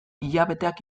hilabeteak